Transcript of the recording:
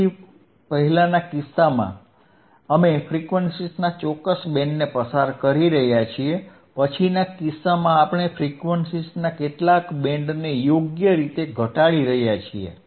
તેથી પહેલાના કિસ્સામાં અમે ફ્રીક્વન્સીઝના ચોક્કસ બેન્ડને પસાર કરી રહ્યા છીએ પછીના કિસ્સામાં આપણે ફ્રીક્વન્સીઝના કેટલાક બેન્ડને યોગ્ય રીતે ઘટાડી રહ્યા છીએ